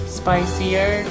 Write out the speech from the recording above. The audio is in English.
spicier